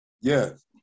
Yes